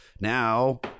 Now